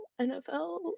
nfl